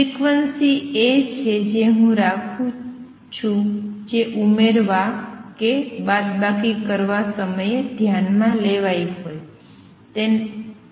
frequency એ છે જે હું રાખું છું જે ઉમેરવા કે બાદબાકી કરવા સમયે ધ્યાન માં લેવાઈ હોય તેને સમાન હોવી જોઈએ